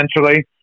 essentially